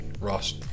Ross